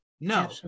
No